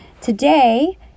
Today